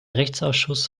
rechtsausschuss